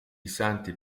santi